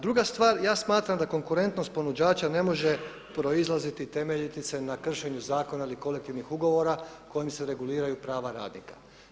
Druga stvar, ja smatram da konkurentnost ponuđača ne može proizlaziti, temeljiti se na kršenju zakona ili kolektivnih ugovora kojim se reguliraju prava radnika.